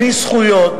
בלי זכויות,